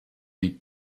die